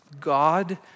God